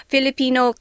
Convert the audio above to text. Filipino